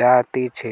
জাতিছে